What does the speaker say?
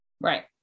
Right